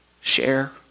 share